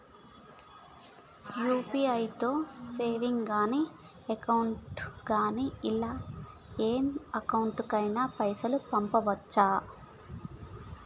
UPI తో savings గాని current గాని ఇలా ఏ అకౌంట్ కైనా పైసల్ పంపొచ్చా?